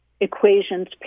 equations